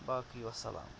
باقٕے وسَلام